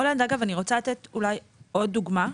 קרן: רולנד, אני רוצה לתת אולי עוד דוגמה.